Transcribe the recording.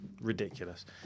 ridiculous